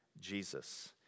Jesus